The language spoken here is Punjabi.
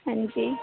ਹਾਂਜੀ